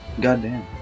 Goddamn